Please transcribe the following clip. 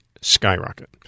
skyrocket